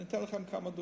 אני אתן לכם כמה דוגמאות.